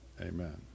amen